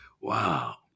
Wow